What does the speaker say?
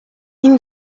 این